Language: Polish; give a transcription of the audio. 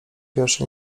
wierszy